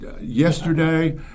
Yesterday